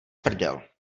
prdel